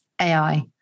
AI